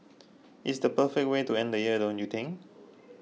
it's the perfect way to end the year don't you think